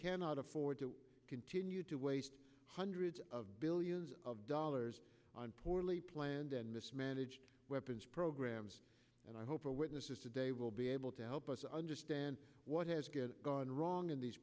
cannot afford to continue to waste hundreds of billions of dollars poorly planned and mismanaged weapons programs and i hope our witnesses today will be able to help us understand what has gone wrong in these